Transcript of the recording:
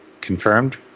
Confirmed